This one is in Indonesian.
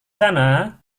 sana